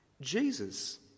Jesus